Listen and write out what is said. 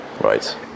Right